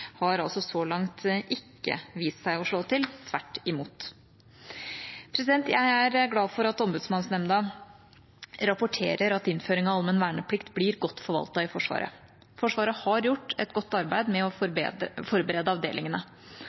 har altså så langt ikke vist seg å slå til – tvert imot. Jeg er glad for at Ombudsmannsnemnda rapporterer at innføring av allmenn verneplikt blir godt forvaltet i Forsvaret. Forsvaret har gjort et godt arbeid med å forberede avdelingene.